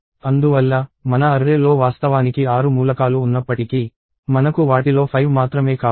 అందువల్ల మన అర్రే లో వాస్తవానికి 6 మూలకాలు ఉన్నప్పటికీ మనకు వాటిలో 5 మాత్రమే కావాలి